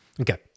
Okay